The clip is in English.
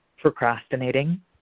procrastinating